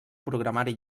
programari